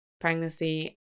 pregnancy